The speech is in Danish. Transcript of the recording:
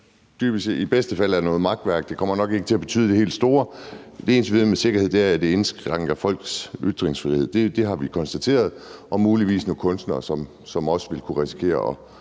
i bedste fald er noget makværk. Det kommer nok ikke til at betyde det helt store. Det eneste, vi ved med sikkerhed, er, at det indskrænker folks ytringsfrihed – det har vi konstateret – og der er muligvis nogle kunstnere, som også vil kunne risikere at